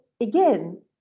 again